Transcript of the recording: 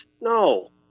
no